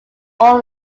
all